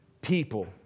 people